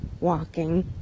walking